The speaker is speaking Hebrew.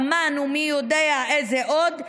אמ"ן ומי יודע איזה עוד,